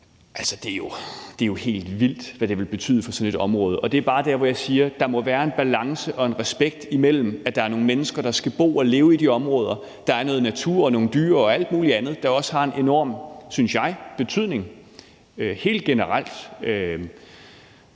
Altså, det er jo helt vildt, hvad det vil betyde for sådan et område. Og det er bare der, hvor jeg siger, at der må være en balance og en respekt for, at der er nogle mennesker, der skal bo og leve i de områder. Der er noget natur og nogle dyr og alt muligt andet, der helt generelt også har en enorm, synes jeg, betydning. Der må bare